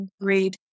agreed